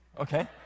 okay